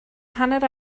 hanner